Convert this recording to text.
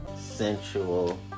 sensual